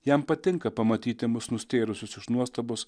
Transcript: jam patinka pamatyti mus nustėrusius iš nuostabos